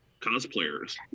cosplayers